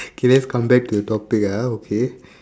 okay let's come back to the topic ah okay